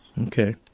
Okay